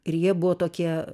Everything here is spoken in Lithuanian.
ir jie buvo tokie